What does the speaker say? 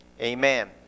Amen